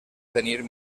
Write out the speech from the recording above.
tenir